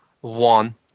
One